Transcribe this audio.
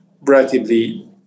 relatively